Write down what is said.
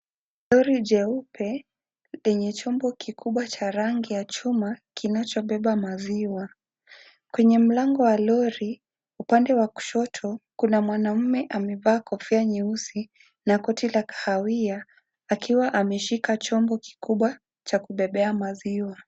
Lori jeupe, yenye chombo kikubwa cha rangi ya chuma kinachobeba maziwa. Kwenye mlango wa lori, upande wa kushoto, kuna mwanamume amevaa kofia nyeusi, na koti la kahawia, akiwa ameshika chombo kikubwa, cha kubebea maziwa.